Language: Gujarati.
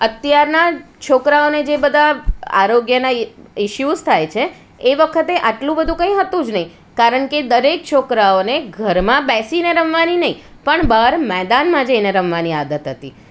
અત્યારના છોકરાઓને જે બધા આરોગ્યના ઇસયૂઝ થાય છે એ વખતે આટલું બધું કંઈ હતું જ નહીં કારણ કે દરેક છોકરાઓને ઘરમાં બેસીને રમવાની નહીં પણ બહાર મેદાનમાં જઈને રમવાની આદત હતી